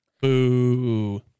Boo